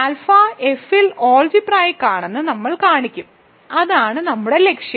alpha F ൽ algebraic ആണെന്ന് നമ്മൾ കാണിക്കും അതാണ് നമ്മുടെ ലക്ഷ്യം